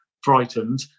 frightened